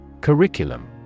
Curriculum